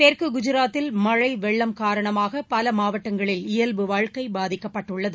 தெற்கு குஜராத்தில் மழைவெள்ளம் காரணமாக பல மாவட்டங்களில் இயல்பு வாழ்க்கை பாதிக்கப்பட்டுள்ளது